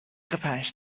پنج